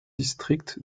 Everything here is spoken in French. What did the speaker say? districts